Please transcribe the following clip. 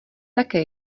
také